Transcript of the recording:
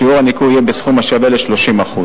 שיעור הניכוי יהיה בסכום השווה ל-30%.